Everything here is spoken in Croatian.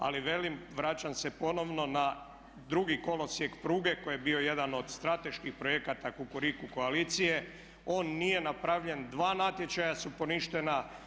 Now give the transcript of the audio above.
Ali velim, vraćam se ponovno na drugi kolosijek pruge koji je bio jedan od strateških projekata kukuriku koalicije, on nije napravljen, dva natječaja su poništena.